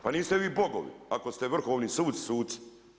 Pa niste vi bogovi ako ste Vrhovni sud i suci!